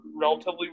relatively